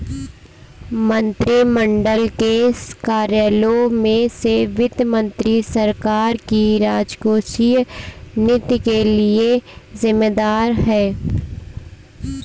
मंत्रिमंडल के कार्यालयों में से वित्त मंत्री सरकार की राजकोषीय नीति के लिए जिम्मेदार है